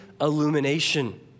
illumination